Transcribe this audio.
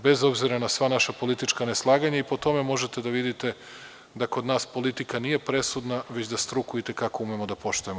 Bez obzira na sva naša politička neslaganja, a i po tome možete da vidite da kod nas politika nije presudna već da struku i te kako umemo da poštujemo.